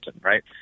right